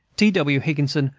t, w. higginson,